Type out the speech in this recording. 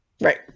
Right